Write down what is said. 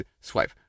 swipe